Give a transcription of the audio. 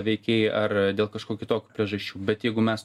veikėjai ar dėl kažkokių kitokių priežasčių bet jeigu mes